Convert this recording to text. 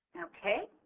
okay.